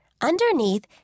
Underneath